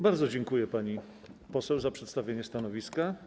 Bardzo dziękuję pani poseł za przedstawienie stanowiska.